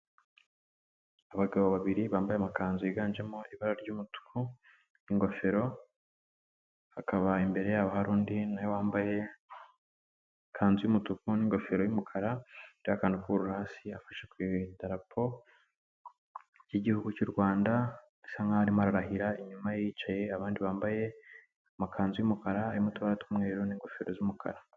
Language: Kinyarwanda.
Abagabo babiri bambaye amakanzu yiganjemo ibara ry'umutuku n'ingofero, hakaba imbere yabo hari undi wambaye ikanzu y'umutuku n'ingofero y'umukara, iriho akantu k'ubururu hasi, afashe ku idarapo ry'igihugu cy'u Rwanda bisa nkaho arimo ararahira, inyuma ye hicaye abandi bambaye amakanzu y'umukara, harimo utubara tw'umweru n'ingofero z'umukara.